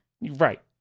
Right